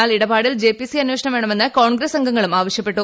എന്നാൽ ഇടപാടിൽ J P C അന്വേഷണം വേണമെന്ന് കോൺഗ്രസ്സ് അംഗങ്ങളും ആവശ്യപ്പെട്ടു